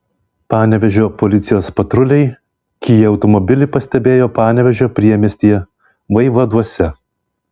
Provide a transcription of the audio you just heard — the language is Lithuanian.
panevėžio policijos patruliai kia automobilį pastebėjo panevėžio priemiestyje vaivaduose